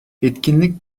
etkinlik